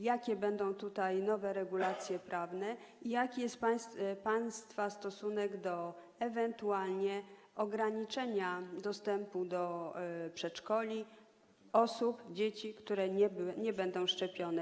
Jakie będą tutaj nowe regulacje prawne i jaki jest państwa stosunek do ewentualnego ograniczenia dostępu do przedszkoli osobom, dzieciom, które nie będą szczepione?